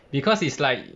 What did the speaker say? because it's like